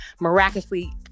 miraculously